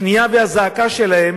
הפנייה והזעקה שלהם,